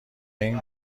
این